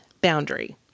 boundary